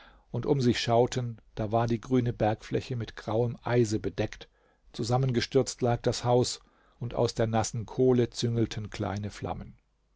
und um sich schauten da war die grüne bergfläche mit grauem eise bedeckt zusammengestürzt lag das haus und aus der nassen kohle züngelten kleine flammen